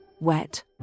wet